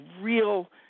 real